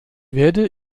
werde